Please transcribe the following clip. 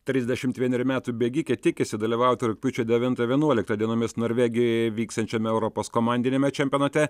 trisdešimt vienerių metų bėgikė tikisi dalyvauti rugpjūčio devintą vienuoliktą dienomis norvegijoje vyksiančiame europos komandiniame čempionate